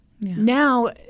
now